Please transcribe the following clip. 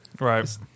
Right